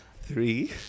three